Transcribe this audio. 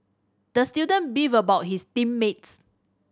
the student beefed about his team mates